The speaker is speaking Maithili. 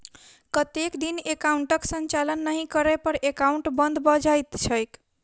कतेक दिन एकाउंटक संचालन नहि करै पर एकाउन्ट बन्द भऽ जाइत छैक?